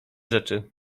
rzeczy